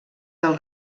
del